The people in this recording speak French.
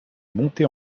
monter